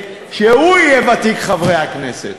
קיבלתי את זה: שהוא יהיה ותיק חברי הכנסת.